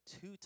two